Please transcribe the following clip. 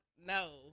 No